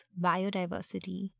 biodiversity